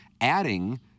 adding